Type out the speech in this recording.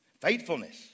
Faithfulness